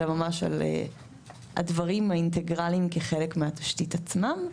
אלא ממש על הדברים האינטגרליים כחלק מהתשתית עצמה.